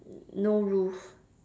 no roof